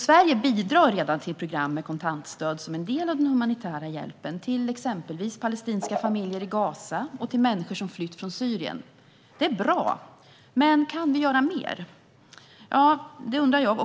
Sverige bidrar redan till program med kontantstöd som en del av den humanitära hjälpen till exempelvis palestinska familjer i Gaza och till människor som flytt från Syrien. Det är bra, men kan vi göra mer?